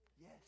Yes